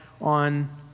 on